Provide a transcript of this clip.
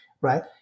right